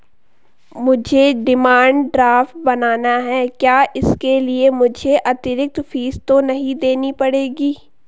मुझे demand draft बनाना है क्या इसके लिए मुझे अतिरिक्त फीस तो नहीं देनी पड़ेगी?